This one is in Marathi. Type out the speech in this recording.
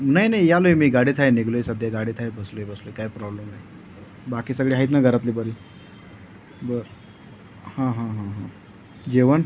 नाही नाही यायलोय मी गाडीत आहे निघालो सध्या गाडीत आहे बसलो आहे बसलो आहे काय प्रॉब्लेम नाही बाकी सगळी आहेत ना घरातली बरी बरं हां हां हां हां जेवण